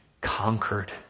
conquered